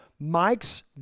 Mike's